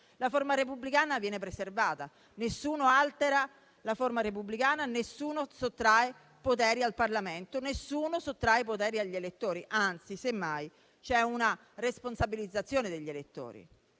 la forma repubblicana viene preservata, nessuno altera la forma repubblicana, nessuno sottrae poteri al Parlamento e nessuno sottrae poteri agli elettori; anzi, semmai c'è una responsabilizzazione degli elettori.